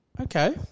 Okay